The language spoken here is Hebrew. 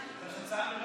אבתיסאם,